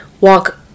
walk